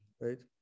right